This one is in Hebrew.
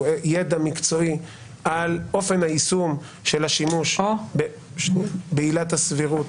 ידע מקצועי על אופן היישום של השימוש בעילת הסבירות,